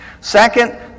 Second